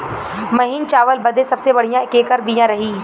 महीन चावल बदे सबसे बढ़िया केकर बिया रही?